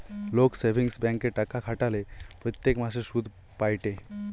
লোক সেভিংস ব্যাঙ্কে টাকা খাটালে প্রত্যেক মাসে সুধ পায়েটে